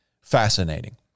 fascinating